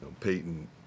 Peyton